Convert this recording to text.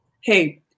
Hey